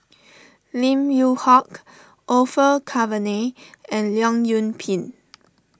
Lim Yew Hock Orfeur Cavenagh and Leong Yoon Pin